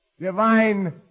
divine